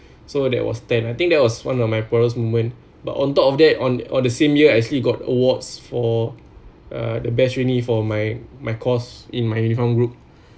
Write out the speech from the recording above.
so that was ten I think that was one of my proudest moment but on top of that on on the same year I actually got awards for uh the best uni for my my course in my uniform group